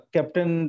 Captain